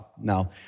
Now